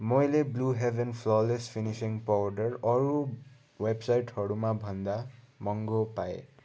मैले Blue Heaven flawless finishing powder अरू वेबसाइटहरूमा भन्दा महँगो पाएँ